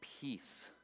peace